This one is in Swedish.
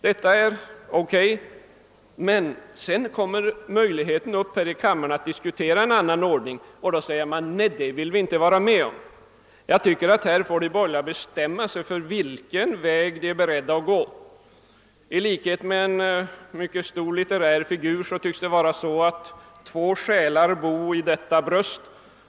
Detta är OK. Men sedan uppkommer möjligheten här i kammaren att diskutera en annan ordning, och då säger man: Nej, det vill vi inte vara med om. Jag tycker att de borgerliga får bestämma sig för vilken väg de är beredda att gå. Det tycks vara som med en viss litterär personlighet, att två själar bor i detta bröst.